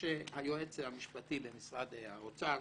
היועץ המשפטי של משרד האוצר,